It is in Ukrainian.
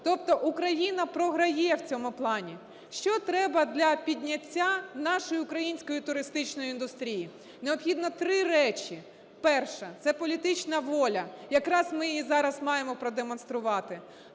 Тобто Україна програє в цьому плані. Що треба для підняття нашої української туристичної індустрії? Необхідно три речі. Перша – це політична воля. Якраз ми її зараз маємо продемонструвати.